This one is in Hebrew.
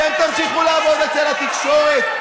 אתם תמשיכו לעבוד אצל התקשורת,